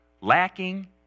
lacking